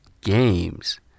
games